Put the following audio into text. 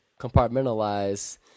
compartmentalize